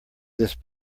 this